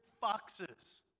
foxes